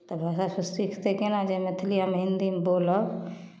तऽ उएहसभ सिखतै केना जे मैथिलीमे हिंदीमे बोलब